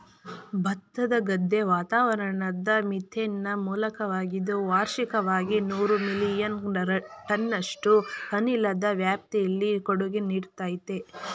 ಭತ್ತದ ಗದ್ದೆ ವಾತಾವರಣದ ಮೀಥೇನ್ನ ಮೂಲವಾಗಿದ್ದು ವಾರ್ಷಿಕವಾಗಿ ನೂರು ಮಿಲಿಯನ್ ಟನ್ನಷ್ಟು ಅನಿಲದ ವ್ಯಾಪ್ತಿಲಿ ಕೊಡುಗೆ ನೀಡ್ತದೆ